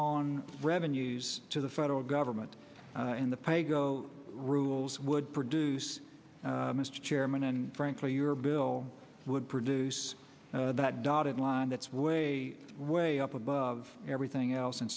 on revenues to the federal government and the pay go rules would produce mr chairman and frankly your bill would produce that dotted line that's way way up above everything else and